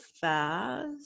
fast